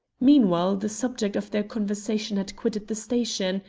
meanwhile the subject of their conversation had quitted the station,